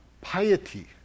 piety